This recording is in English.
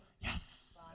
yes